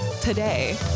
today